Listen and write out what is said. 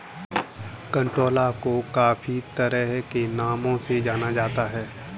कंटोला को काफी तरह के नामों से जाना जाता है